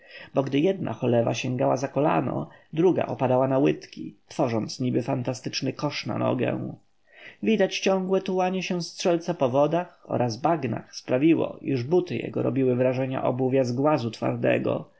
gdy jedna cholewa sięgała za kolano druga opadała na łydki tworząc niby fantastyczny kosz na nogę widać ciągłe tułanie się strzelca po wodach oraz bagnach sprawiło iż buty jego robiły wrażenie obuwia z głazu twardego